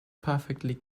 perfectly